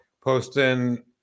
posting